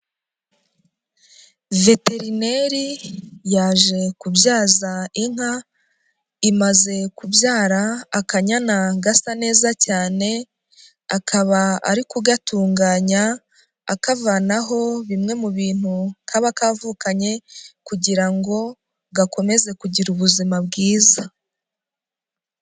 Veterineri yaje kubyaza inka, imaze kubyara akan gasa neza cyane, akaba ari kugatunganya, akavanaho bimwe mu bintu kaba kavukanye kugira ngo gakomeze kugira ubuzima bwiza.